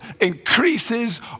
increases